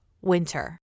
winter